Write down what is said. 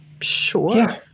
Sure